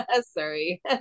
Sorry